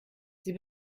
sie